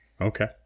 Okay